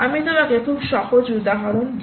আমি তোমাকে খুব সহজ উদাহরণ দিই